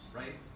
right